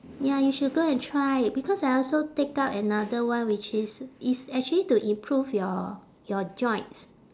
ya you should go and try because I also take up another one which is it's actually to improve your your joints